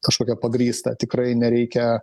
kažkokia pagrįsta tikrai nereikia